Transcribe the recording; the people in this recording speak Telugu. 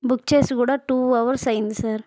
బుక్ చేసి కూడా టూ హావర్స్ అయ్యింది సార్